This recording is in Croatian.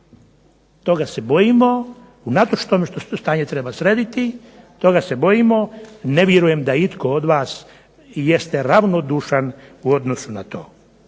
Toga se bojimo unatoč tome što stanje treba srediti. Toga se bojimo, ne vjerujem da itko od vas jeste ravnodušan u odnosu na to.